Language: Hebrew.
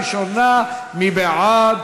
אלי כהן.